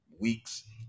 weeks